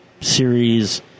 series